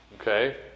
Okay